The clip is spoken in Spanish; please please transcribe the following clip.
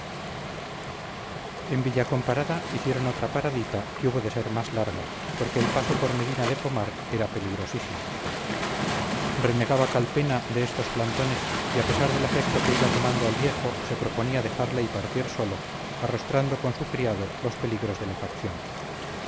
en villacomparada hicieron otra paradita que hubo de ser más larga porque el paso por medina de pomar era peligrosísimo renegaba calpena de estos plantones y a pesar del afecto que iba tomando al viejo se proponía dejarle y partir solo arrostrando con su criado los peligros de la facción